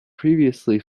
previously